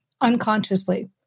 unconsciously